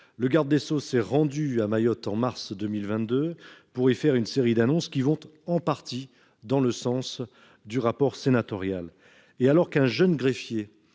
Le garde des sceaux s'est rendu à Mayotte en mars 2022 pour y faire une série d'annonces qui vont en partie dans le sens du rapport sénatorial. Mais, alors qu'un jeune greffier